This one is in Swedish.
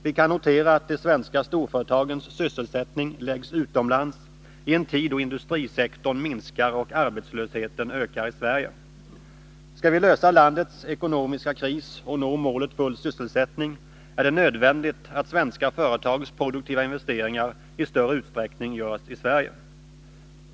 Vi kan notera att de svenska storföretagens sysselsättning läggs utomlands, i en tid då industrisektorn minskar och arbetslösheten i Sverige ökar. Skall vi häva landets ekonomiska kris och nå målet full sysselsättning, är det nödvändigt att svenska företags produktiva investeringar i större utsträckning görs i Sverige.